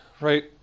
right